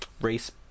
Race